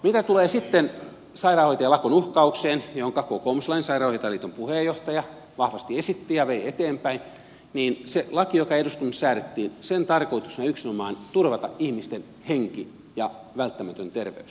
mitä tulee sitten sairaanhoitajalakon uhkaukseen jota kokoomuslainen sairaanhoitajaliiton puheenjohtaja vahvasti esitti ja vei eteenpäin niin sen lain joka eduskunnassa säädettiin tarkoituksena oli yksinomaan turvata ihmisten henki ja välttämätön terveys